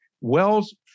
Wells